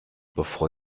bevor